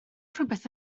rhywbeth